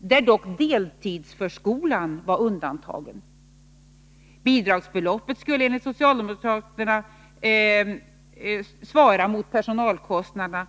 där deltidsförskolan var undantagen. Bidragsbeloppet skulle enligt socialdemokraterna svara mot personalkostnaderna.